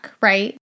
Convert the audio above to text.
right